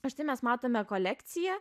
o štai mes matome kolekciją